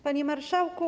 Panie Marszałku!